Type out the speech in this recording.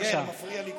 בבקשה.